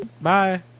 Bye